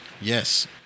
Yes